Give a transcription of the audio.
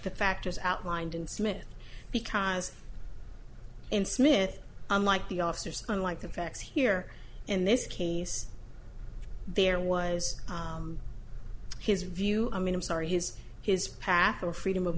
factors outlined in smith because in smith unlike the officers unlike the facts here in this case there was his view i mean i'm sorry his his path of freedom of